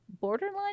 borderline